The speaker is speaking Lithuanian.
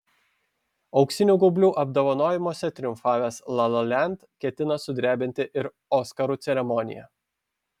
auksinių gaublių apdovanojimuose triumfavęs la la land ketino sudrebinti ir oskarų ceremoniją